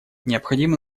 необходимо